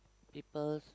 people's